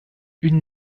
une